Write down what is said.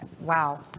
wow